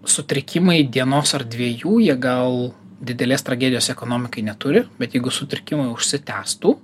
sutrikimai dienos ar dviejų jie gal didelės tragedijos ekonomikai neturi bet jeigu sutrikimai užsitęstų